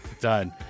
done